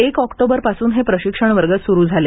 एक ऑक्टोबरपासून हे प्रशिक्षण वर्ग सुरू झाले